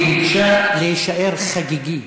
היא ביקשה להישאר "חגיגי".